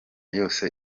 yose